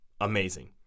amazing